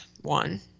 one